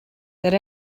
that